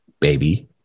baby